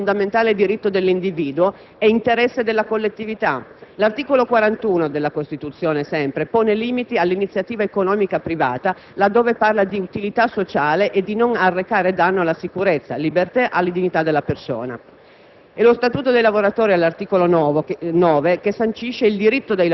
Del resto, l'articolo 32 della Costituzione tutela la salute come fondamentale diritto dell'individuo e interesse della collettività. L'articolo 41 della Costituzione pone limiti all'iniziativa economica privata là dove parla di utilità sociale e di non arrecare danno alla sicurezza, alla libertà e alla dignità della persona.